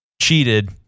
cheated